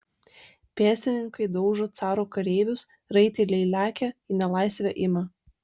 pėstininkai daužo caro kareivius raiteliai lekia į nelaisvę ima